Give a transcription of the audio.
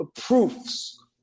proofs